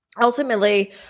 Ultimately